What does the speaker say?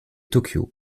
tokyo